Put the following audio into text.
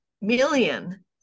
million